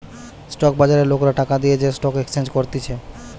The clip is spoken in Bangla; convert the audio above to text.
স্টক বাজারে লোকরা টাকা দিয়ে যে স্টক এক্সচেঞ্জ করতিছে